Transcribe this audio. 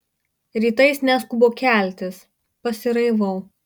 rytais neskubu keltis pasiraivau